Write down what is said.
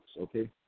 okay